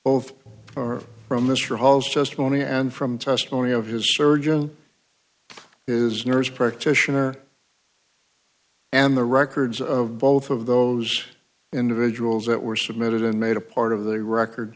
money and from testimony of his surgeon is nurse practitioner and the records of both of those individuals that were submitted and made a part of the record